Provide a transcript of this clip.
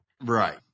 Right